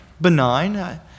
benign